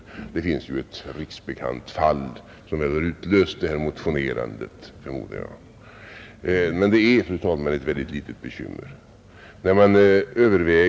Det finns ett riksbekant fall som har utlöst det här motionerandet, förmodar jag. Men det är, fru talman, ett mycket litet bekymmer.